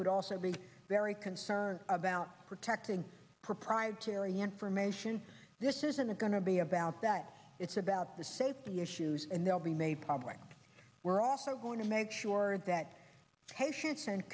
would also be very concerned about protecting proprietary information this isn't going to be about that it's about the safety issues and they'll be made public we're also going to make sure that